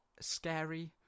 scary